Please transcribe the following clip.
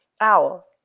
owl